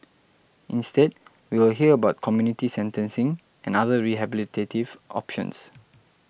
instead we will hear about community sentencing and other rehabilitative options